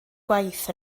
gwaith